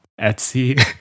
Etsy